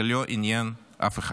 זה לא עניין אף אחד.